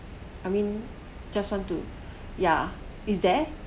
I mean just want to ya is there